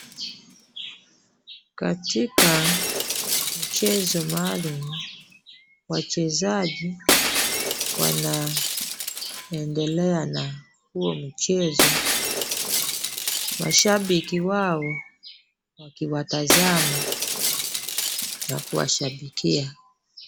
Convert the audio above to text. Katika mchezo maalum wachezaji wanaendelea na huo mchezo. Mashabiki wao wakiwatazama na kuwashabikia.